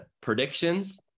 predictions